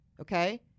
Okay